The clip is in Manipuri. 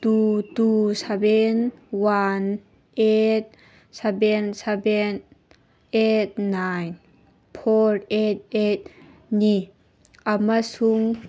two two seven one eight seven seven eight nine four eight ꯑꯩꯠꯅꯤ ꯑꯃꯁꯨꯡ